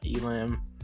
Elam